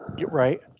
Right